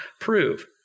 prove